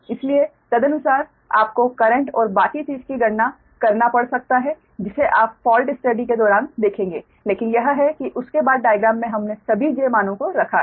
इसलिए तदनुसार आपको करेंट और बाकी चीज़ की गणना करना पड़ सकता है जिसे आप फ़ाल्ट स्टडीस के दौरान देखेंगे लेकिन यह है कि उसके बाद डाइग्राम में हमने सभी 'j मानों को रखा है